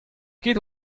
kit